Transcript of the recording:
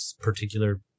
particular